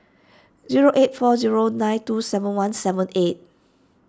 zero eight four zero nine two seven one seven eight